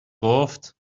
گفت